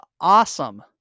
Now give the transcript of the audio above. awesome